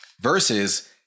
versus